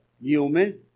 human